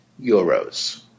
euros